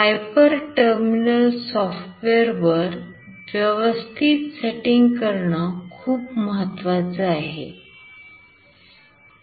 Hyper terminal software वर व्यवस्थित setting करणं खूप महत्त्वाच आहे